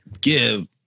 give